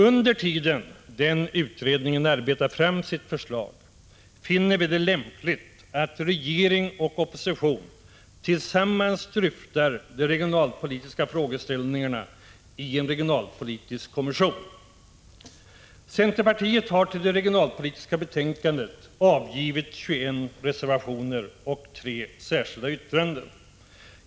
Under tiden den utredningen arbetar fram sitt förslag finner vi det lämpligt att regering och opposition tillsammans dryftar de regionalpolitiska frågeställningarna i en regionalpolitisk kommission. Centerpartiet har till det regionalpolitiska betänkandet avgivit 21 reservationer och tre särskilda yttranden.